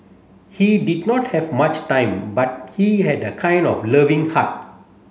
he did not have much time but he had a kind of loving heart